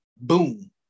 boom